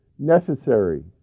necessary